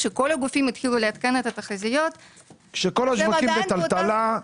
כאשר כל הגופים יתחילו לעדכן את התחזיות --- כשכל השווקים בטלטלה,